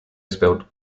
spelled